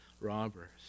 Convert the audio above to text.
robbers